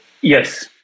Yes